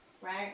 Right